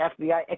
FBI